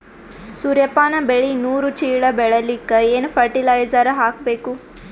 ಸೂರ್ಯಪಾನ ಬೆಳಿ ನೂರು ಚೀಳ ಬೆಳೆಲಿಕ ಏನ ಫರಟಿಲೈಜರ ಹಾಕಬೇಕು?